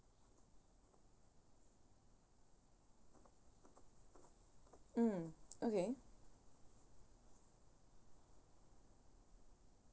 mm okay